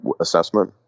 assessment